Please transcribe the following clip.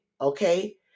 okay